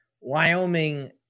Wyoming